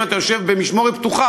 ואם אתה יושב במשמורת פתוחה,